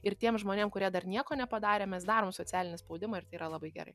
ir tiem žmonėm kurie dar nieko nepadarė mes darom socialinį spaudimą ir tai yra labai gerai